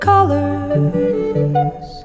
Colors